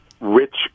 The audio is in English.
rich